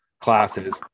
classes